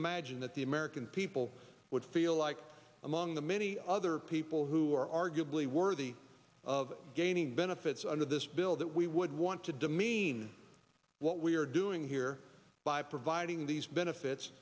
imagine that the american people would feel like among the many other people who are arguably worthy of gaining benefits under this bill that we would want to demean what we are doing here by providing these benefits